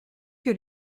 que